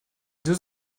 deux